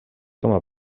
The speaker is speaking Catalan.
com